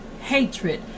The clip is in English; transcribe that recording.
hatred